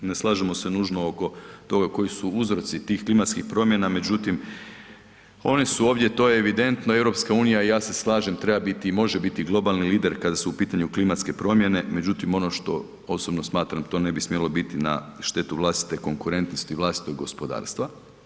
Ne slažemo se nužno oko toga koji su uzroci tih klimatskih promjena međutim one su ovdje to je evidentno, EU i ja se slažem, treba biti i može biti globalni lider kada su u pitanju klimatske promjene, međutim ono što osobno smatram, to ne bi smjelo biti na štetu vlastite konkurentnosti i vlastitog gospodarstva.